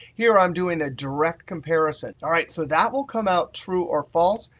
here, i'm doing a direct comparison. all right, so that will come out true or false.